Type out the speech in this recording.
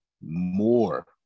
more